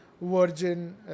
virgin